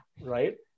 right